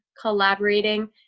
collaborating